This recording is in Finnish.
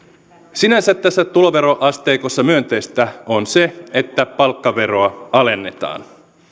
sinänsä tässä tuloveroasteikossa myönteistä on se että palkkaveroa alennetaan